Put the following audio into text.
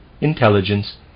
intelligence